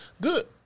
Good